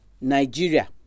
Nigeria